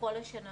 לכל השנה.